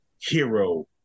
hero